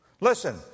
Listen